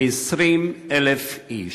20,000 איש.